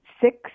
six